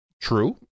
True